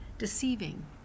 deceiving